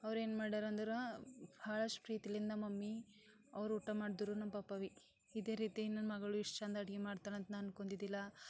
ಅವ್ರೇನು ಮಾಡ್ಯಾರ ಅಂದ್ರೆ ಬಹಳಷ್ಟು ಪ್ರೀತಿಯಿಂದ ಮಮ್ಮಿ ಅವ್ರು ಊಟ ಮಾಡಿದ್ರು ನಮ್ಮ ಪಪ್ಪಾ ಭಿ ಇದೇ ರೀತಿ ನನ್ನ ಮಗಳು ಇಷ್ಟು ಚಂದ ಅಡ್ಗೆ ಮಾಡ್ತಾಳಂತ ನಾನು ಅನ್ಕೊಂಡಿದ್ದಿಲ್ಲ